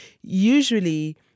usually